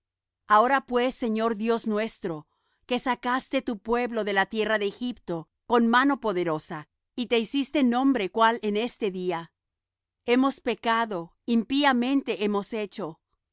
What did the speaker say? ahora pues señor dios nuestro que sacaste tu pueblo de la tierra de egipto con mano poderosa y te hiciste nombre cual en este día hemos pecado impíamente hemos hecho